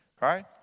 right